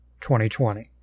2020